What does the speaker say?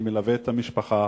אני מלווה את המשפחה.